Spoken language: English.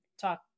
talk